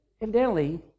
evidently